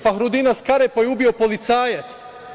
Fahrudina Skarepa je ubio policajac.